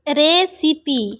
recipe